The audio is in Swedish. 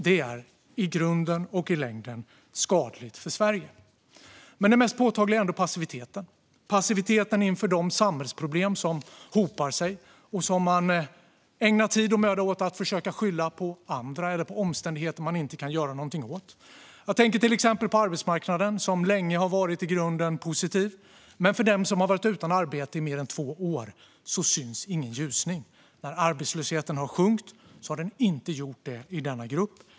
Det är i grunden och i längden skadligt för Sverige. Men det mest påtagliga är ändå passiviteten, passiviteten inför de samhällsproblem som hopar sig och som man ägnar tid och möda åt att försöka skylla på andra eller på omständigheter man inte kan göra någonting åt. Jag tänker till exempel på arbetsmarknaden, som länge har varit i grunden positiv. Men för dem som har varit utan arbete i mer än två år syns ingen ljusning. När arbetslösheten har sjunkit har den inte gjort det i denna grupp.